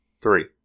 Three